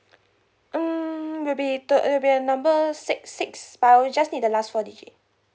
mm will be the will be a number six six but I just need the last four digit